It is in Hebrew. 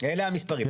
אלה המספרים.